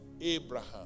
Abraham